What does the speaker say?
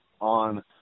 on –